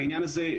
העניין הזה,